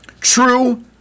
True